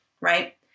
right